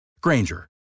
Granger